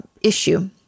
issue